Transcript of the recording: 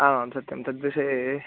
आं सत्यं तद्विषये